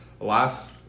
last